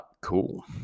Cool